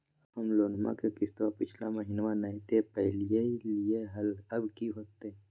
हम लोन के किस्तवा पिछला महिनवा नई दे दे पई लिए लिए हल, अब की होतई?